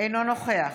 אין מנהג.